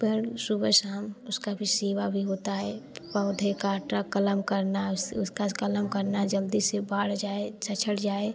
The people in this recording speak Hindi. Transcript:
पर सुबह शाम उसका भी सेवा भी होता है पौधे का ट्रकलन करना उससे उसका इस कलम करना जल्दी से बाढ़ जाए छछोड़ जाए